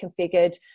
configured